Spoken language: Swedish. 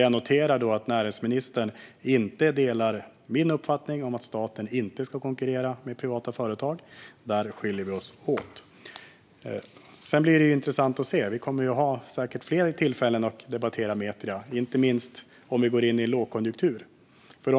Jag noterar att näringsministern inte delar min uppfattning att staten inte ska konkurrera med privata företag. Där skiljer vi oss åt. Sedan blir det intressant att se. Vi kommer säkert att ha fler tillfällen att debattera Metria. Det gäller inte minst om vi går in i en lågkonjunktur.